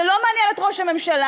זה לא מעניין את ראש הממשלה.